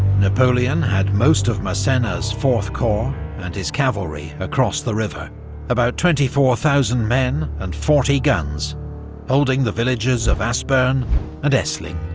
napoleon had most of massena's fourth corps and his cavalry across the river about twenty four thousand men and forty guns holding the villages of aspern and essling.